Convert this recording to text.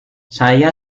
saya